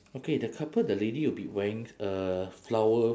okay the couple the lady will be wearing a flower